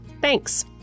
Thanks